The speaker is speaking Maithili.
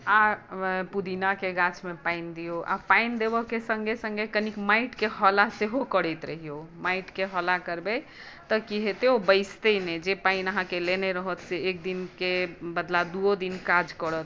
आर पुदीनाक गाछमे पानि दियौ पानि देबऽ के सङ्गे सङ्गे कनी माटिक हौला सेहो करैत रहियो माटिके हौला करबै तऽ की हेतै ओ बेसितै नहि जे पानि अहाँके लेने रहत से एक दिनके बदला दूओ दिन काज करत